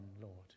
Lord